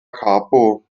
capo